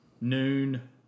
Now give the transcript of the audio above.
Noon